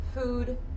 food